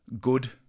good